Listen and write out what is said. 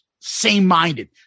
same-minded